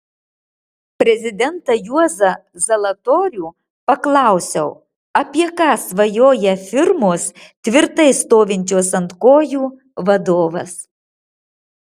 prezidentą juozą zalatorių paklausiau apie ką svajoja firmos tvirtai stovinčios ant kojų vadovas